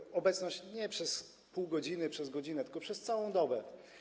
Chodzi o obecność nie przez pół godziny, przez godzinę, tylko przez całą dobę.